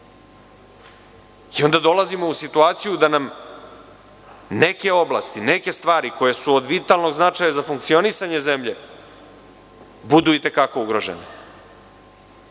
Onda dolazimo u situaciju da nam neke oblasti, neke stvari koje su od vitalnog značaja za funkcionisanje zemlje budu i te kako ugrožene. Setite